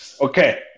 Okay